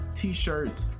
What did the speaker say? t-shirts